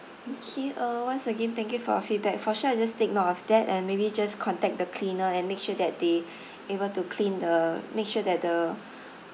okay uh once again thank you for your feedback for sure I just take note of that and maybe just contact the cleaner and make sure that they able to clean the make sure that the